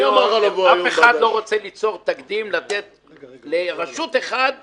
אף אחד לא רוצה ליצור תקדים, לתת לרשות אחת פטור.